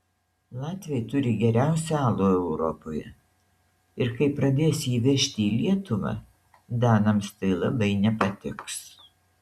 latviai turi geriausią alų europoje ir kai pradės jį vežti į lietuvą danams tai labai nepatiks